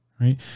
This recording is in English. right